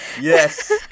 Yes